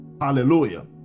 Hallelujah